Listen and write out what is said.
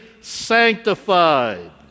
sanctified